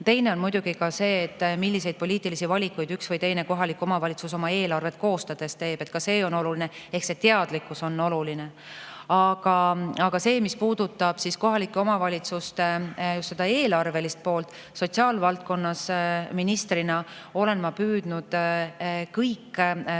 teine on muidugi see, milliseid poliitilisi valikuid üks või teine kohalik omavalitsus oma eelarvet koostades teeb. Ka see on oluline, ehk teadlikkus on oluline. Aga mis puudutab kohalike omavalitsuste eelarvelist poolt, siis sotsiaalvaldkonna ministrina olen ma püüdnud kõik